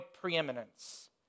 preeminence